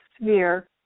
sphere